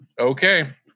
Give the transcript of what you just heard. Okay